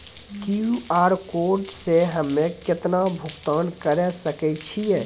QR code से हम्मय केतना भुगतान करे सके छियै?